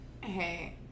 hey